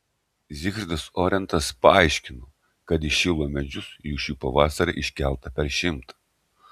zygfridas orentas paaiškino kad į šilo medžius jų šį pavasarį iškelta per šimtą